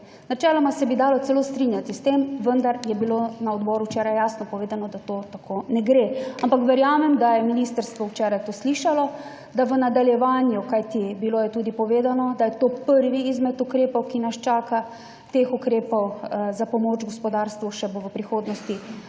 Načeloma se bi dalo celo strinjati s tem, vendar je bilo na Odboru včeraj jasno povedano, da to tako ne gre. Ampak verjamem, da je Ministrstvo včeraj to slišalo, da v nadaljevanju, **60. TRAK (VI) 14.55** (nadaljevanje) kajti bilo je tudi povedano, da je to prvi izmed ukrepov, ki nas čaka, teh ukrepov za pomoč gospodarstvu še bo v prihodnosti